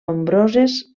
nombroses